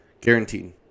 guaranteed